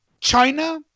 China